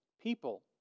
people